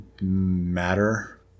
matter